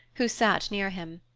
who sat near him.